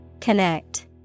Connect